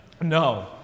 No